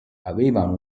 avevano